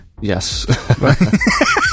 yes